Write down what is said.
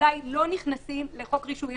שאולי לא נכנסים לחוק רישוי עסקים.